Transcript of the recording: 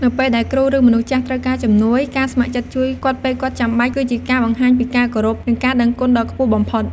នៅពេលដែលគ្រូ ឬមនុស្សចាស់ត្រូវការជំនួយ ការស្ម័គ្រចិត្តជួយគាត់ពេលគាត់ចាំបាច់ គឺជាការបង្ហាញពីការគោរព និងការដឹងគុណដ៏ខ្ពស់បំផុត។